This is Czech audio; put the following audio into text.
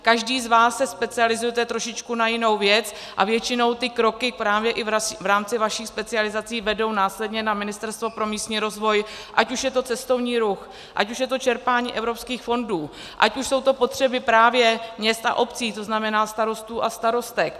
Každý z vás se specializujete trošičku na jinou věc a většinou ty kroky právě i v rámci vašich specializací vedou následně na Ministerstvo pro místní rozvoj, ať už je to cestovní ruch, ať už je to čerpání evropských fondů, ať už jsou to potřeby právě měst a obcí, to znamená starostů a starostek.